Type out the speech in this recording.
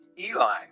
Eli